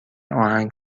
آهنگ